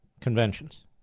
Conventions